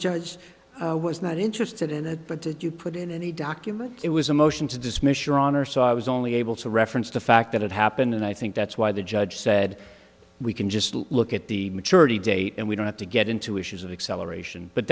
judge was not interested in that but did you put in any document it was a motion to dismiss your honor so i was only able to reference the fact that it happened and i think that's why the judge said we can just look at the maturity date and we don't have to get into issues of acceleration but